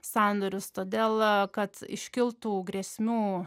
sandorius todėl kad iškiltų grėsmių